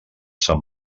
sant